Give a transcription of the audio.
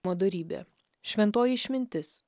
o dorybė šventoji išmintis